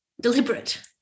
deliberate